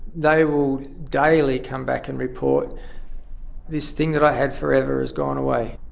they will daily come back and report this thing that i had forever has gone away.